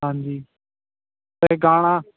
ਹਾਂਜੀ ਅਤੇ ਗਾਣਾ